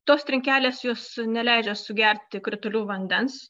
tos trinkelės jos neleidžia sugerti kritulių vandens